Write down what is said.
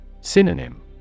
Synonym